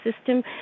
system